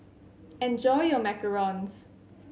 enjoy your Macarons